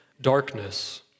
darkness